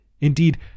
Indeed